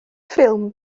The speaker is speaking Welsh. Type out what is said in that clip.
ffilm